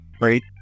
Great